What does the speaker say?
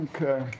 Okay